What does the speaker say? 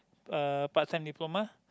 uh part time diploma